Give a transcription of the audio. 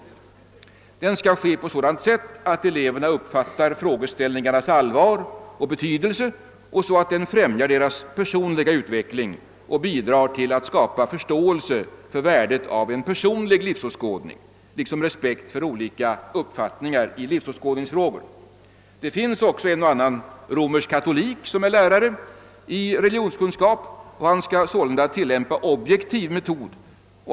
Undervisningen skall ske på ett sådant sätt, att eleverna uppfattar = frågeställningarnas allvar och betydelse och så att den främjar deras personliga utveckling och bidrar till att skapa förståelse för värdet av en personlig livsåskådning liksom respekt för olika uppfattningar i livsåskådningsfrågor. Det finns en och annan romersk katolik som är lärare i religionskunskap, och som sålunda skall tillämpa en objektiv metod.